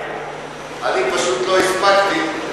אני פשוט לא הספקתי.